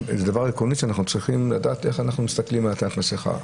ואנחנו צריכים לדעת איך אנחנו מסתכלים על עטיית מסכה.